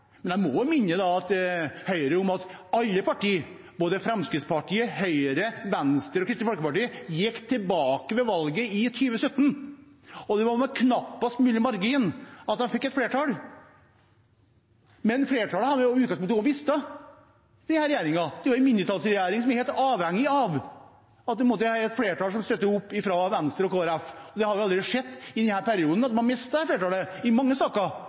Jeg må da minne Høyre om at alle partier, både Fremskrittspartiet, Høyre, Venstre og Kristelig Folkeparti, gikk tilbake ved valget i 2017, og det var med knappest mulig margin at de fikk et flertall. Men flertallet har man mistet – denne regjeringen er en mindretallsregjering som er helt avhengig av støtte fra Venstre og Kristelig Folkeparti for å få et flertall. Vi har allerede sett i denne perioden at man har mistet dette flertallet i mange saker, og vi får endelig håpe at disse støttepartiene ser at